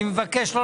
ואני מבקש לא